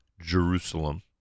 Jerusalem